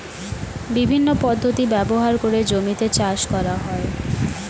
বিভিন্ন পদ্ধতি ব্যবহার করে জমিতে চাষ করা হয়